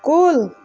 کُل